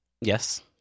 yes